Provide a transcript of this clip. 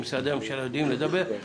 שמשרדי הממשלה יודעים לדבר.